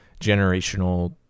generational